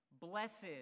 Blessed